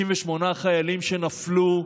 68 חיילים שנפלו,